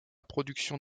production